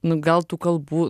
nu gal tų kalbų